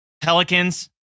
Pelicans